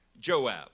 Joab